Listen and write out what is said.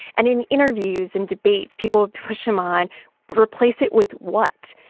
and in interviews and debates, people would push him on replace it with what?